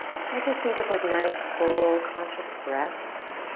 start to sync up with nice, full, conscious breaths.